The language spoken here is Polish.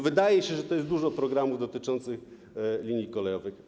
Wydaje się, że jest dużo programów dotyczących linii kolejowych.